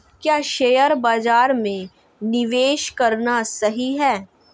क्या शेयर बाज़ार में निवेश करना सही है?